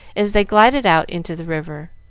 as they glided out into the river.